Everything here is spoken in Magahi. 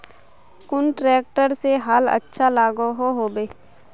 कुन ट्रैक्टर से हाल अच्छा लागोहो होबे?